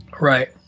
Right